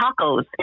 tacos